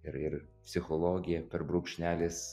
ir ir psichologė per brūkšnelis